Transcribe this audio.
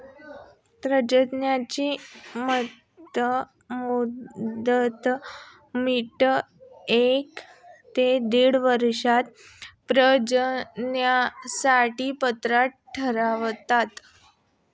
तज्ज्ञांच्या मते मादी मेंढी एक ते दीड वर्षात प्रजननासाठी पात्र ठरते